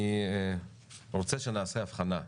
אני רוצה שנעשה הבחנה,